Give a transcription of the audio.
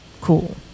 cool